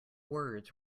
words